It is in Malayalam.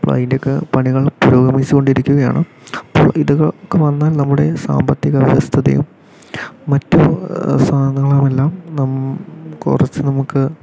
അപ്പൊ അതിൻ്റെ ഒക്കെ പണികൾ പുരോഗമിച്ച് കൊണ്ടിരിക്കുകയാണ് അപ്പോൾ ഇതൊക്കെ വന്നാൽ നമ്മുടെ സാമ്പത്തിക വ്യവസ്ഥിതി മറ്റു സ്ഥാപങ്ങളെല്ലാം നം കുറച്ച് നമുക്ക്